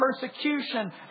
persecution